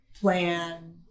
plan